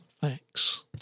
facts